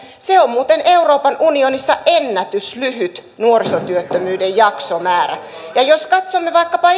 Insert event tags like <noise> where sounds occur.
se on muuten euroopan unionissa ennätyslyhyt nuorisotyöttömyyden jaksomäärä ja jos katsomme vaikkapa <unintelligible>